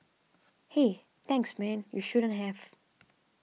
hey thanks man you shouldn't have